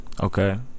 Okay